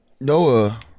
Noah